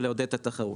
ולעודד את התחרות.